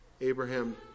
Abraham